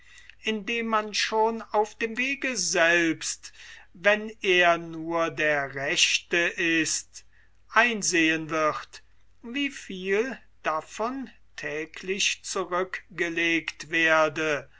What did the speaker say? indem man schon auf dem wege selbst wenn er nur der rechte ist einsehen wird wie viel davon täglich zurückgelegt werde